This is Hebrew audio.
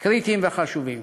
קריטיים וחשובים.